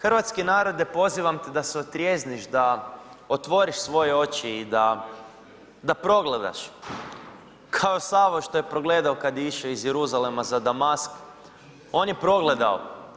Hrvatski narode pozivam te da se otrijezniš, da otvoriš svoje oči i da progledaš kao Savao što je progledao kada je išao iz Jeruzalema za Damask, on je progledao.